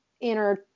inner